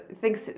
thinks